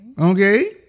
Okay